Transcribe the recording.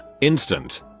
instant